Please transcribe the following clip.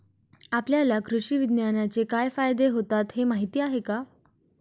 आपल्याला कृषी विज्ञानाचे काय फायदे होतात हे माहीत आहे का?